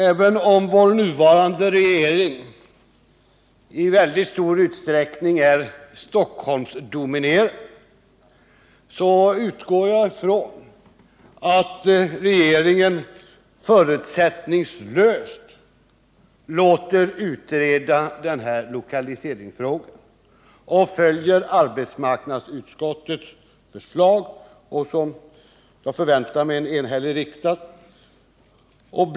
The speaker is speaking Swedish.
Även om vår nuvarande regering i stor utsträckning är Stockholmsdominerad, utgår jag från att regeringen förutsättningslöst låter utreda den här lokaliseringsfrågan i enlighet med arbetsmarknadsutskottets förslag, som jag förväntar mig att en enhällig riksdag bifaller.